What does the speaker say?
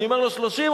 אני אומר לו: 30,